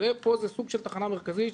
פה זה סוג של תחנה מרכזית.